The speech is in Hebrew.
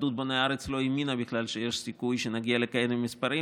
התאחדות בוני הארץ לא האמינה בכלל שיש סיכוי שנגיע לכאלה מספרים.